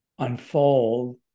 unfold